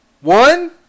One